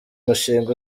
mushinga